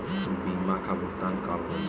बीमा का भुगतान कब होइ?